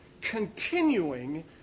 continuing